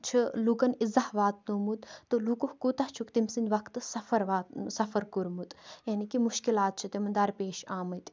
چھ لُکَن اِزاہ واتنومُت تہ لوکو کوتاہ چھُکھ تٔمۍ سٕنٛدۍ وَقتہِ سَفَر وات سَفَر کوٚرمُت یعنی کہ مُشکِلات چھِ تِمَن دَرپیش آمٕتۍ